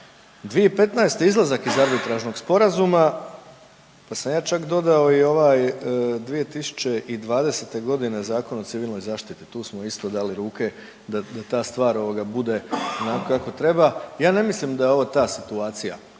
2015. izlazak iz arbitražnog sporazuma, pa sam ja čak dodao i ovaj 2020. godine Zakon o civilnoj zaštiti tu smo isto dali ruke da ta stvar ovoga bude onako kako treba. Ja ne mislim da je ovo ta situacija.